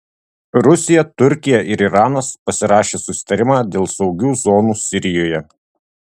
rusija turkija ir iranas pasirašė susitarimą dėl saugių zonų sirijoje